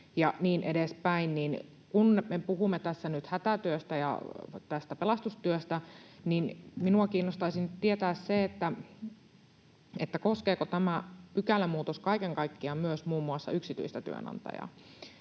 nyt hätätyöstä ja tästä pelastustyöstä, niin minua kiinnostaisi nyt tietää se, koskeeko tämä pykälämuutos kaiken kaikkiaan myös muun muassa yksityistä työnantajaa.